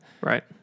Right